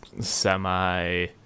semi